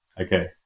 okay